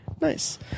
Nice